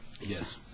Yes